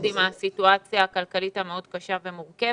עם הסיטואציה הכלכלית המאוד קשה ומורכבת.